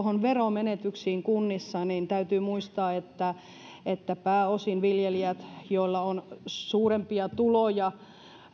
veromenetyksistä kunnissa täytyy muistaa että pääosin viljelijät joilla on suurempia tuloja